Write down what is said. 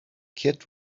kid